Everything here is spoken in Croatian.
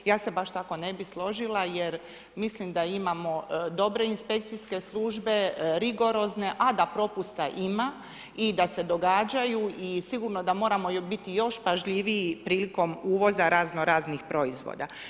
Ja se baš tako ne bi složila jer mislim da imamo dobre inspekcijske službe, rigorozne, a da propusta ima i da se događaju i sigurno da moramo biti još pažljiviji prilikom uvoza razno raznih proizvoda.